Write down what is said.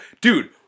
dude